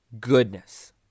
goodness